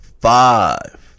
Five